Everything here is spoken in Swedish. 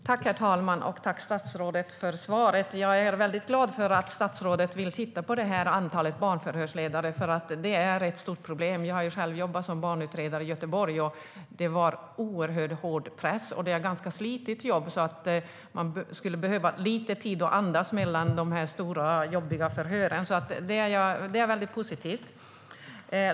Herr talman! Jag tackar statsrådet för svaret. Jag är glad att statsrådet vill titta på antalet barnförhörsledare, för det är ett stort problem. Jag har själv jobbat som barnutredare i Göteborg, och det var oerhört hård press. Det är ett ganska slitigt jobb, så man skulle behöva lite tid att andas mellan de stora, jobbiga förhören. Det är alltså mycket positivt.